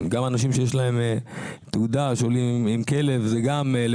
גם אנשים שיש להם תעודה שעולים עם כלב למוניות,